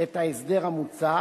את ההסדר המוצע.